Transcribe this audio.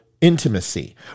intimacy